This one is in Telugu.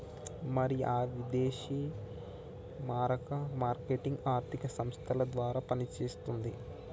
మరి ఆ విదేశీ మారక మార్కెట్ ఆర్థిక సంస్థల ద్వారా పనిచేస్తుంది